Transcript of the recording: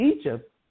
Egypt